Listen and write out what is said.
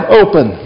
open